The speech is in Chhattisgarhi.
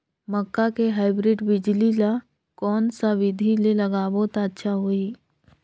मक्का के हाईब्रिड बिजली ल कोन सा बिधी ले लगाबो त अच्छा होहि?